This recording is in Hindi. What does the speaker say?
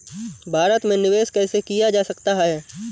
भारत में निवेश कैसे किया जा सकता है?